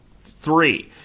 three